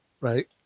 right